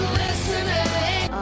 listening